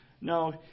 no